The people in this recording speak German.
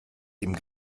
ihm